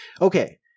Okay